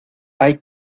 hay